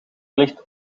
ligt